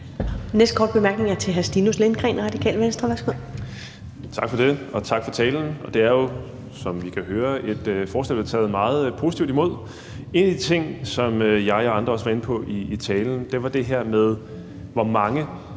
Venstre. Værsgo. Kl. 13:44 Stinus Lindgreen (RV): Tak for det. Og tak for talen. Det er jo, som vi kan høre, et forslag, vi har taget meget positivt imod. En af de ting, som jeg og andre har været inde på, er det her med, hvor mange